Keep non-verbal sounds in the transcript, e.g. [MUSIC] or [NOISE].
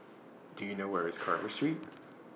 Do YOU know [NOISE] Where IS Carver Street